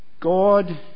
God